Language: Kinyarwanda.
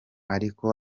ariko